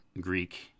Greek